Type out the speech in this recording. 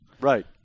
Right